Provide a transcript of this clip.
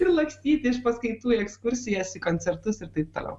ir lakstyti iš paskaitų į ekskursijas į koncertus ir taip toliau